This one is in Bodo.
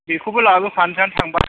बेखौबो लाबोफानोसै आं थांबा